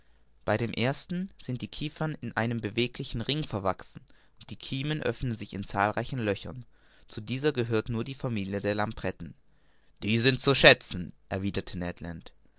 bei dem ersten sind die kiefern in einem beweglichen ring verwachsen und die kiemen öffnen sich in zahlreichen löchern zu dieser gehört nur die familie der lampretten die sind zu schätzen